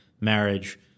marriage